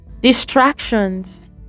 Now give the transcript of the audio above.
distractions